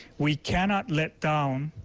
we cannot let down.